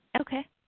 Okay